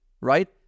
right